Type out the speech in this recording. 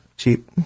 cheap